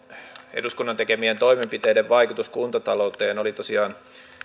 eduskunnan tekemien toimenpiteiden vaikutus kuntatalouteen oli tosiaan